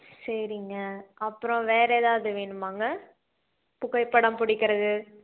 சரிங்க அப்புறம் வேறு ஏதாவது வேணுமாங்க புகைப்படம் பிடிக்கிறது